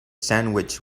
sandwich